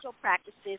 practices